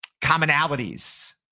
commonalities